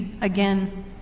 again